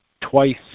twice